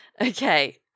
Okay